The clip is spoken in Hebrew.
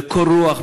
בקור רוח,